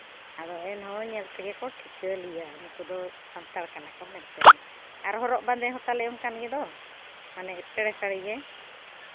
ᱟᱫᱚ ᱮᱱᱦᱚᱸ ᱧᱮᱞ ᱛᱮᱜᱮ ᱠᱚ ᱴᱷᱤᱠᱟᱹ ᱞᱮᱭᱟ ᱱᱩᱠᱩ ᱫᱚ ᱥᱟᱱᱛᱟᱲ ᱠᱟᱱᱟ ᱠᱚ ᱢᱮᱱᱛᱮ ᱟᱨ ᱦᱚᱨᱚᱜ ᱵᱟᱸᱫᱮ ᱦᱚᱸ ᱛᱟᱞᱮ ᱚᱱᱠᱟᱱ ᱜᱮᱫᱚ ᱢᱟᱱᱮ ᱯᱮᱲᱮ ᱥᱟᱹᱲᱤ ᱜᱮ